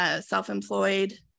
self-employed